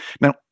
Now